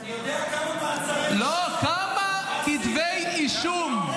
אני יודע כמה מעצרי שווא, לא, כמה כתבי אישום?